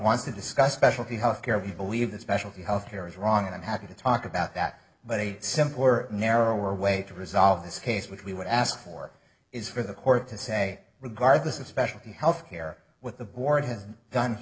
wants to discuss specialty healthcare we believe that specialty health care is wrong i'm happy to talk about that but a simpler narrower way to resolve this case which we would ask for is for the court to say regardless of specialty healthcare with the board him don